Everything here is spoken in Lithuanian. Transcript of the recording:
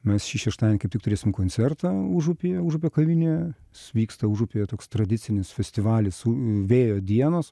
mes šį šeštadienį kaip tik turėsim koncertą užupyje užupio kavinėje vyksta užupyje toks tradicinis festivalis vėjo dienos